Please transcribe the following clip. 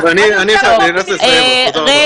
טוב, אני נאלץ לסיים, תודה רבה.